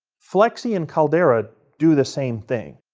flexi and caldera do the same thing.